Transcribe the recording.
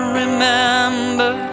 remember